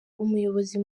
umuyobozi